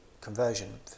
Conversion